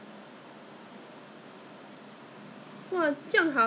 会 ah at one point sia 我的脚我跟你讲我的手我整个